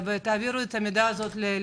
תעבירו בבקשה את המידע לוועדה,